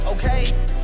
Okay